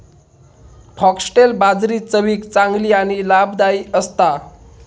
foxtail बाजरी चवीक चांगली आणि लाभदायी असता